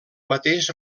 mateix